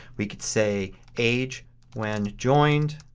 we can say age when joined.